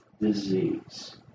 disease